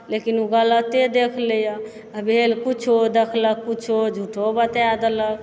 लेकिन ओ गलते देखि लेइए भेल किछु देखलक किछु झूठो बताए देलक